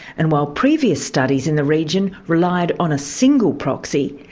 and while previous studies in the region relied on a single proxy,